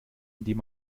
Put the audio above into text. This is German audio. indem